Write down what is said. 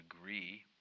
agree